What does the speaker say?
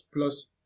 plus